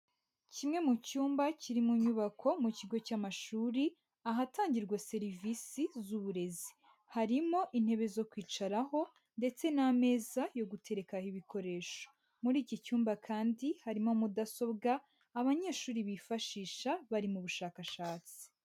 Kimwe mu cyumba kiri mu nyubako mu kigo cy'amashuri ahatangirwa serivisi z'uburezi, harimo intebe zo kwicaraho ndetse n'ameza yo guterekaho ibikoresho, muri iki cyumba kandi harimo mudasobwa abanyeshuri bifashisha bari mu bushakashatsi.